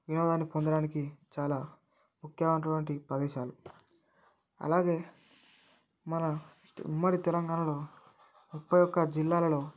వినోదాన్ని పొందడానికి చాలా ముఖ్యమైనటువంటి ప్రదేశాలు అలాగే మన ఉమ్మడి తెలంగాణలో ముప్పై ఒక్క జిల్లాలలో